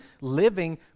living